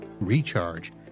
recharge